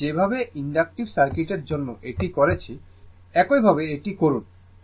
আমি যেভাবে ইনডাকটিভ সার্কিটের জন্য এটি করেছি একইভাবে এটি করুন